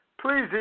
please